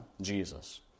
Jesus